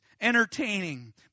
entertaining